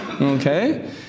Okay